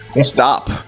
stop